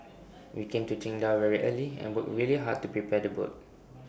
we came to Qingdao very early and worked really hard to prepare the boat